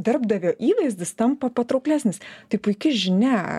darbdavio įvaizdis tampa patrauklesnis tai puiki žinia